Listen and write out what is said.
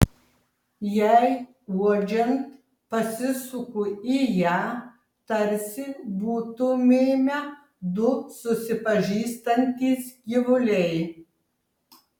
jai uodžiant pasisuku į ją tarsi būtumėme du susipažįstantys gyvuliai